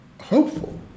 hopeful